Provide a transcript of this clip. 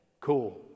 Cool